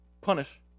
punish